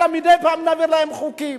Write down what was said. יאללה, יאללה, מדי פעם נעביר להם חוקים.